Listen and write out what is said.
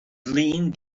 flin